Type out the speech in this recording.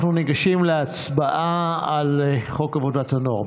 אנחנו ניגשים להצבעה על חוק עבודת הנוער,